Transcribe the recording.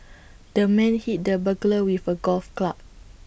the man hit the burglar with A golf club